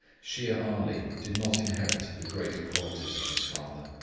shere ali did not inherit the great qualities of his father,